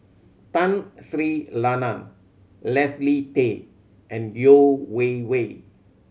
Tun Sri Lanang Leslie Tay and Yeo Wei Wei